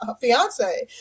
fiance